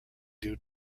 due